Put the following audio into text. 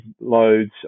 loads